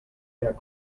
got